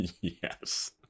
Yes